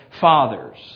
fathers